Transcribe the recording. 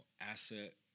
asset